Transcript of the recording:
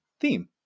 theme